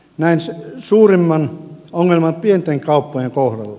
näen suurimman ongelman pienten kauppojen kohdalla